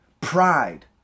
pride